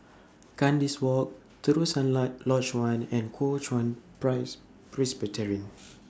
Kandis Walk Terusan La Lodge one and Kuo Chuan Price Presbyterian